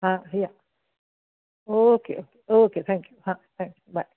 हां या okay okay thank you हां थँक्यू बाय